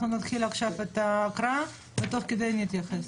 אנחנו נתחיל עכשיו את ההקראה, ותוך כדי נתייחס.